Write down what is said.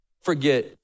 Forget